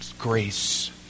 grace